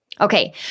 Okay